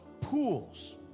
pools